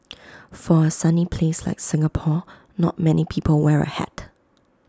for A sunny place like Singapore not many people wear A hat